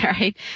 right